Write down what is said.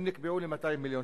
הם נקבעו ל-200 מיליון